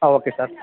ಹಾಂ okay sir